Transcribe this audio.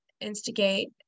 instigate